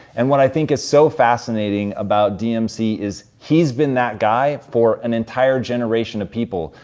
and what i think is so fascinating about dmc is, he's been that guy for an entire generation of people.